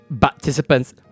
Participants